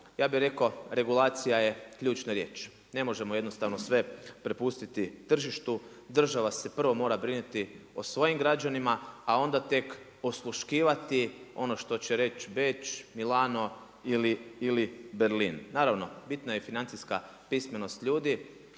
Ja bih rekao regulacija je ključna riječ. Ne možemo jednostavno sve prepustiti tržištu, država se prvo mora brinuti o svojim građanima a onda tek osluškivati ono što će reći Beč, Milano ili Berlin. Naravno bitna je i financijska pismenost ljudi,